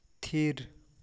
ᱛᱷᱤᱨ